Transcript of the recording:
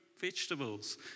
vegetables